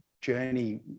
journey